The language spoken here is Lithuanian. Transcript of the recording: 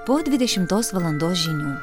po dvidešimtos valandos žinių